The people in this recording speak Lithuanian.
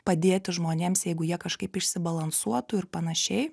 padėti žmonėms jeigu jie kažkaip išsibalansuotų ir panašiai